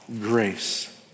grace